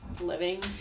Living